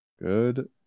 Good